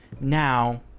Now